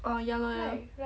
orh ya loh ya lor